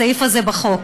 הסעיף הזה בחוק.